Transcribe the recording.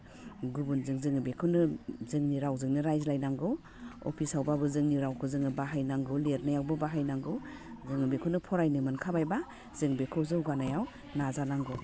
गुबुनजों जोङो बेखौनो जोंनि रावजोंनो रायज्लायनांगौ अफिसावबाबो जोंनि रावखौै जोङो बाहायनांगौ लिरनायावबो बाहायनांगौ जोङो बेखौनो फरायनो मोनखाबायबा जों बेखौ जौगानायाव नाजानांगौ